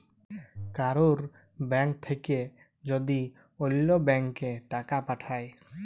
কারুর ব্যাঙ্ক থাক্যে যদি ওল্য ব্যাংকে টাকা পাঠায়